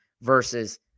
versus